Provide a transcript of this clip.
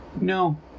no